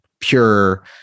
pure